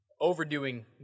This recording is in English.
overdoing